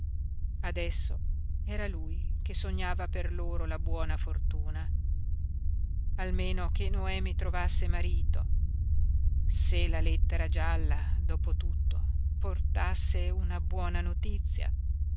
adesso era lui che sognava per loro la buona fortuna almeno che noemi trovasse marito se la lettera gialla dopo tutto portasse una buona notizia